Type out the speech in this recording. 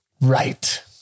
Right